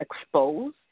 expose